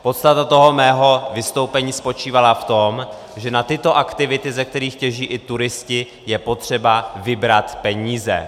Podstata mého vystoupení spočívala v tom, že na tyto aktivity, ze kterých těží i turisté, je potřeba vybrat peníze.